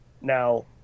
Now